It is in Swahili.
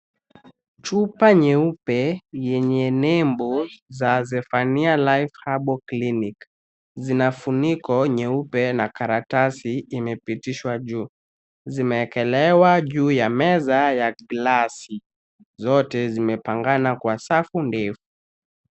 Chupa nyeupe yenye nembo za Zefania Life Harbor Clinic. Zinafuniko nyeupe na karatasi imepitishwa juu. Zimeekelewa juu ya meza ya glasi, zote zimepangana kwa safu ndefu.